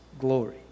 glory